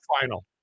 final